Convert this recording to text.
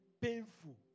painful